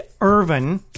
Irvin